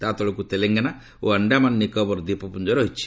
ତା ତଳକୁ ତେଲେଙ୍ଗାନା ଓ ଆଣ୍ଡାମାନ ନିକୋବର ଦ୍ୱୀପପୁଞ୍ଜ ରହିଛି